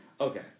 Okay